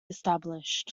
established